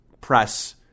press